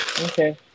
Okay